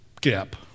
gap